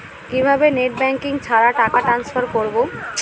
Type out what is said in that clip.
কিভাবে net banking ছাড়া টাকা টান্সফার করব?